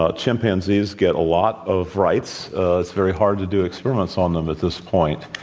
ah chimpanzees get a lot of rights. it's very hard to do experiments on them, at this point.